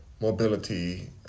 mobility